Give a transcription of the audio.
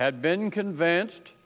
had been convinced